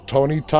Tony